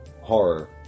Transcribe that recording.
horror